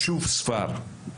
ישוב ספר,